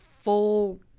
full